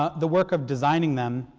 the work of designing them,